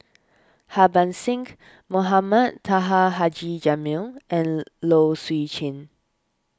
Harbans Singh Mohamed Taha Haji Jamil and Low Swee Chen